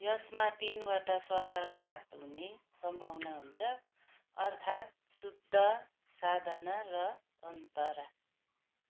यसमा तिनवटा स्वराघात हुने सम्भावना हुन्छ अर्थात् शुद्ध साधना र अन्तरा